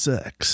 Sex